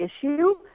issue